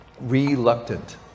reluctant